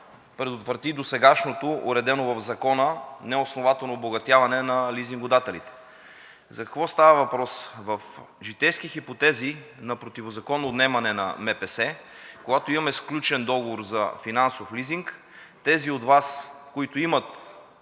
предотврати досегашното, уредено в Закона, неоснователно обогатяване на лизингодателите. За какво става въпрос? В житейски хипотези на противозаконно отнемане на МПС, когато имаме сключен договор за финансов лизинг, тези от Вас, които имат